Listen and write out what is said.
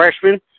freshman